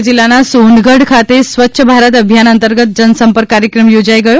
ભાવનગર જિલ્લાના સોનગઢ ખાતે સ્વચ્છ ભારત અભિયાન અંતર્ગત જનસંપર્ક કાર્યક્રમ યોજાઈ ગયો